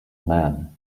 man